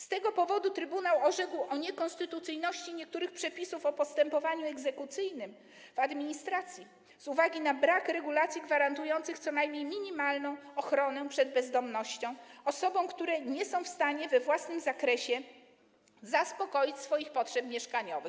Z tego powodu trybunał orzekł o niekonstytucyjności niektórych przepisów o postępowaniu egzekucyjnym w administracji z uwagi na brak regulacji gwarantujących co najmniej minimalną ochronę przed bezdomnością osobom, które nie są w stanie we własnym zakresie zaspokoić swoich potrzeb mieszkaniowych.